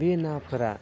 बे नाफोरा